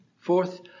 Fourth